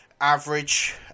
Average